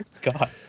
God